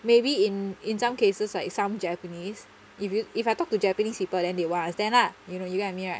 maybe in in some cases like some japanese if you if I talk to japanese people then they won't understand lah you know you you get what I mean right